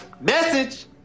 Message